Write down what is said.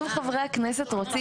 אם חברי הכנסת רוצים,